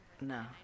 No